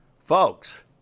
Folks